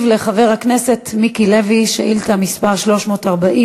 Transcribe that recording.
לחבר הכנסת מיקי לוי על שאילתה מס' 340: